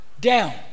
down